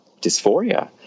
dysphoria